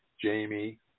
Jamie